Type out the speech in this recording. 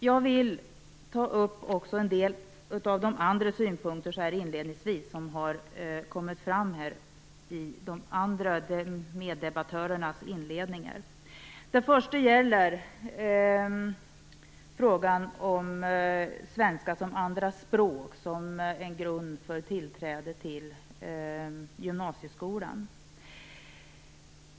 Jag vill också inledningsvis ta upp en del av de andra synpunkter som har kommit fram i meddebattörernas inledningsanföranden. Det gäller först frågan om svenska som andra språk som en grund för tillträde till gymnasieskolan.